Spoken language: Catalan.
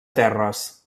terres